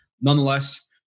nonetheless